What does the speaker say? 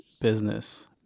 business